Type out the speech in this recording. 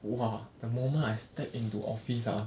!wah! the moment I step into office ah